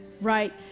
right